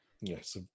yes